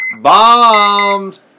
bombed